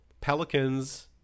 Pelicans